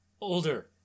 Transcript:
Older